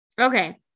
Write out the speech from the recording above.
Okay